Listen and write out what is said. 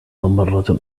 مرة